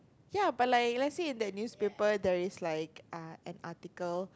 ya but like let us say the newspaper there is like an article